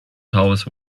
tallest